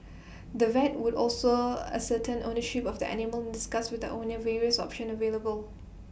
the vet would also ascertain ownership of the animal discuss with the owner various options available